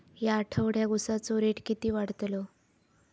या आठवड्याक उसाचो रेट किती वाढतलो?